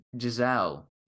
Giselle